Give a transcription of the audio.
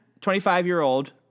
25-year-old